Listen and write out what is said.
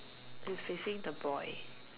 is facing the boy